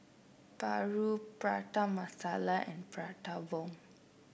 paru Prata Masala and Prata Bomb